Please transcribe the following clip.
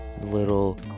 Little